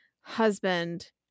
husband